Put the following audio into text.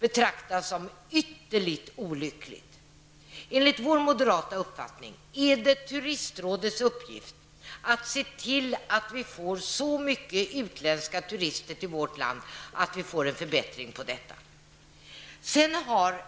betraktas som ytterligt olyckligt av finansen. Enligt den uppfattning som vi moderater har, är det turistrådets uppgift att se till att vi får så många utländska turister till vårt land att det blir en förbättring i detta avseende.